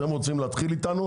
אתם רוצים להתחיל איתנו?